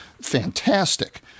fantastic